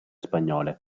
spagnole